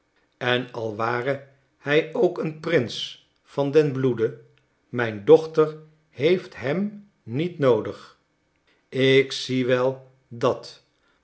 en al ware hij ook een prins van den bloede mijn dochter heeft hem niet noodig ik zie wel dat